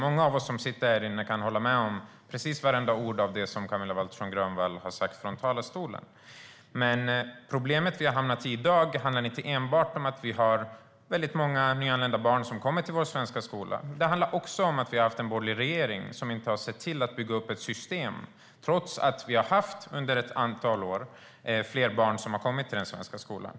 Många av oss som sitter härinne kan hålla med om precis vartenda ord som Camilla Waltersson Grönvall sa i sitt anförande. Men problemet i dag är inte enbart att det är många nyanlända barn som kommer till vår svenska skola. Det handlar också om att vi har haft en borgerlig regering som inte har sett till att bygga upp ett system, trots att det under ett antal år har varit fler barn som har kommit till den svenska skolan.